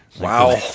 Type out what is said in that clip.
Wow